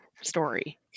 story